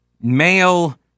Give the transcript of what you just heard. male